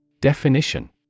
Definition